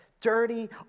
dirty